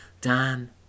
Dan